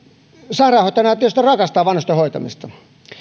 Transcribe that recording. sairaanhoitajana tietysti rakastaa vanhusten hoitamista